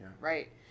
Right